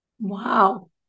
Wow